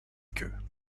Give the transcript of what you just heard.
queue